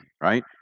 right